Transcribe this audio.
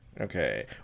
okay